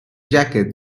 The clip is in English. jacket